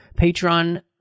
Patreon